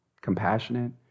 compassionate